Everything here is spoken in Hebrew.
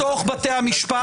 -- בתוך בתי המשפט.